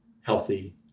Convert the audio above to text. healthy